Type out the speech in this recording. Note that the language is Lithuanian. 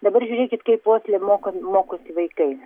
dabar žiūrėkit kaip osle moka mokosi vaikai